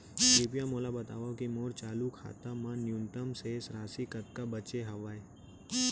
कृपया मोला बतावव की मोर चालू खाता मा न्यूनतम शेष राशि कतका बाचे हवे